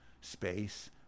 space